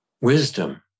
wisdom